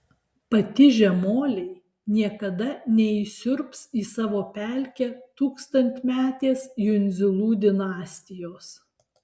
patižę moliai niekada neįsiurbs į savo pelkę tūkstantmetės jundzilų dinastijos